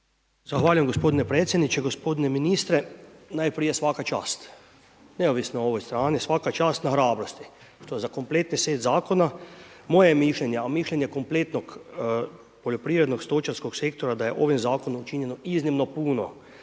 Zahvaljujem gospodine predsjedniče, gospodine ministre. Najprije svaka čast, neovisno o ovoj strani, svaka čast na hrabrosti što za kompletni set zakona. Moje je mišljenje, a mišljenje kompletnog poljoprivrednog stočarskog sektora da je ovim zakonom učinio iznimno puno